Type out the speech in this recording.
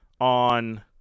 On